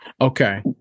Okay